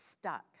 stuck